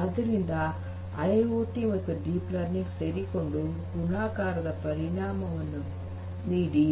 ಆದ್ದರಿಂದ ಐಐಓಟಿ ಮತ್ತು deep learning ಸೇರಿಕೊಂಡು ಗುಣಾಕಾರದ ಪರಿಣಾಮವನ್ನು ನೀಡಿ